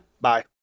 Bye